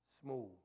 Smooth